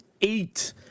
eight